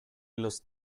los